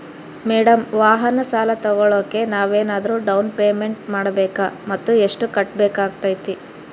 Madam ವಾಹನ ಸಾಲ ತೋಗೊಳೋಕೆ ನಾವೇನಾದರೂ ಡೌನ್ ಪೇಮೆಂಟ್ ಮಾಡಬೇಕಾ ಮತ್ತು ಎಷ್ಟು ಕಟ್ಬೇಕಾಗ್ತೈತೆ?